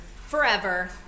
forever